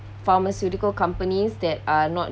pharmaceutical companies that are not